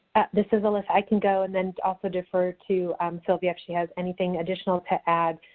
this is alissa. i can go and then also defer to silvia if she has anything additional to add.